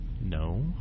No